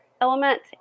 element